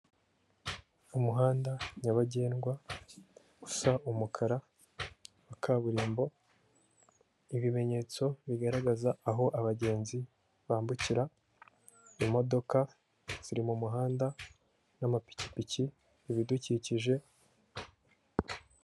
Umuhanda nyabagendwa usa umukara wa kaburimbo, ibimenyetso bigaragaza aho abagenzi bambukira, imodoka ziri mu muhanda n'amapikipiki, ibidukikije.